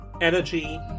energy